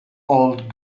old